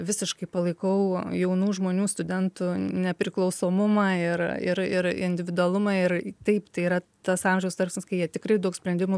visiškai palaikau jaunų žmonių studentų nepriklausomumą ir ir ir individualumą ir taip tai yra tas amžiaus tarpsnis kai jie tikrai daug sprendimų